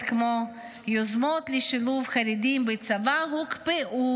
כמו: "יוזמות לשילוב חרדים בצבא הוקפאו,